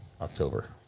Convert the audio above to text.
october